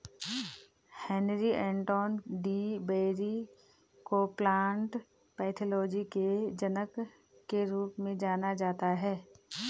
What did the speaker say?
Heinrich Anton de Bary को plant pathology के जनक के रूप में जाना जाता है